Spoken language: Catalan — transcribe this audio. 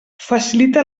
facilita